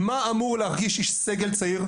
מה אמור להרגיש איש סגל צעיר,